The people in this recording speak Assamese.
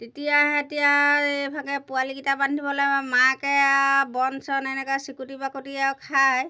তেতিয়া সিহঁতে আৰু এইভাগে পোৱালিকেইটা বান্ধিবলৈ মাকে আৰু বন চন এনেকৈ চিকুটি বাকুটি আৰু খায়